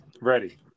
ready